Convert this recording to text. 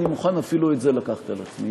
אני מוכן אפילו את זה לקחת על עצמי.